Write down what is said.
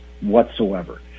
whatsoever